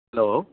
hello